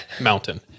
mountain